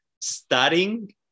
studying